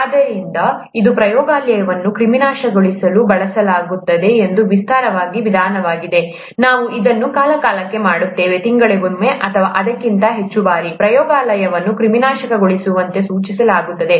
ಆದ್ದರಿಂದ ಇದು ಪ್ರಯೋಗಾಲಯವನ್ನು ಕ್ರಿಮಿನಾಶಕಗೊಳಿಸಲು ಬಳಸಲಾಗುವ ಒಂದು ವಿಸ್ತಾರವಾದ ವಿಧಾನವಾಗಿದೆ ನಾವು ಅದನ್ನು ಕಾಲಕಾಲಕ್ಕೆ ಮಾಡುತ್ತೇವೆ ತಿಂಗಳಿಗೊಮ್ಮೆ ಅಥವಾ ಅದಕ್ಕಿಂತ ಹೆಚ್ಚು ಬಾರಿ ಪ್ರಯೋಗಾಲಯವನ್ನು ಕ್ರಿಮಿನಾಶಕಗೊಳಿಸುವಂತೆ ಸೂಚಿಸಲಾಗುತ್ತದೆ